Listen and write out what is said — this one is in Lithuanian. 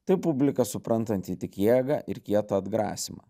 tai publika suprantanti tik jėgą ir kietą atgrasymą